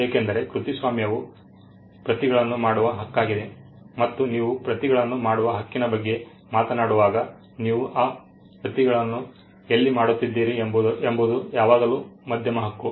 ಏಕೆಂದರೆ ಕೃತಿಸ್ವಾಮ್ಯವು ಪ್ರತಿಗಳನ್ನು ಮಾಡುವ ಹಕ್ಕಾಗಿದೆ ಮತ್ತು ನೀವು ಪ್ರತಿಗಳನ್ನು ಮಾಡುವ ಹಕ್ಕಿನ ಬಗ್ಗೆ ಮಾತನಾಡುವಾಗ ನೀವು ಆ ಪ್ರತಿಗಳನ್ನು ಎಲ್ಲಿ ಮಾಡುತ್ತಿದ್ದೀರಿ ಎಂಬುದು ಯಾವಾಗಲೂ ಮಧ್ಯಮ ಹಕ್ಕು